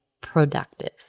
productive